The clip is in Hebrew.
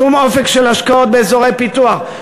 שום אופק של השקעות באזורי פיתוח,